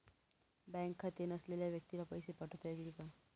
Bank खाते नसलेल्या व्यक्तीला पैसे पाठवता येतील का?